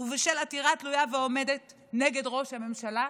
ובשל עתירה תלויה ועומדת נגד ראש הממשלה,